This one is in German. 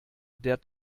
der